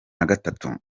nagatatu